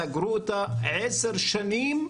סגרו אותה ל-10 שנים.